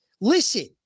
listen